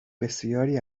بسیاری